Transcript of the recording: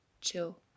chill